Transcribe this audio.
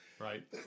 right